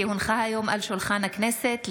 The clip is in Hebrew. כי הונחה היום על שולחן הכנסת,